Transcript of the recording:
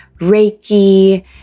Reiki